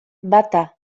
bata